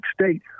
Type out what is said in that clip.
state